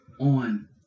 on